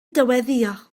dyweddïo